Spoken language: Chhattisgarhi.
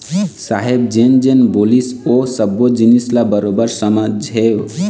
साहेब जेन जेन बोलिस ओ सब्बो जिनिस ल बरोबर समझेंव